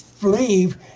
believe